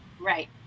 Right